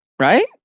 right